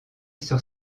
sur